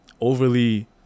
overly